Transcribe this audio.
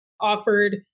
offered